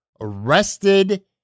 arrested